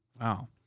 Wow